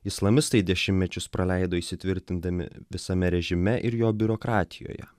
islamistai dešimmečius praleido įsitvirtindami visame režime ir jo biurokratijoje